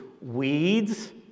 weeds